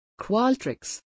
Qualtrics